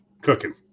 cooking